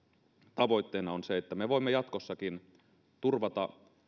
tavoitteena on se että me voimme jatkossakin turvata